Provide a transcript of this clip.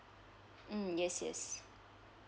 mm yes yes